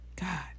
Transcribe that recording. God